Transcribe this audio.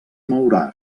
mourà